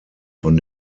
von